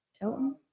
Elton